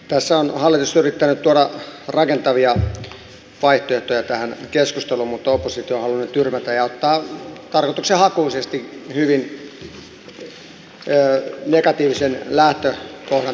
tässä on hallitus yrittänyt tuoda rakentavia vaihtoehtoja tähän keskusteluun mutta oppositio haluaa ne tyrmätä ja ottaa tarkoituksenhakuisesti hyvin negatiivisen lähtökohdan tähän koko keskusteluun